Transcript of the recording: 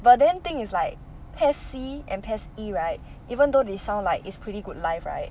but then thing is like PES C and PES E right even though they sound like it's pretty good life right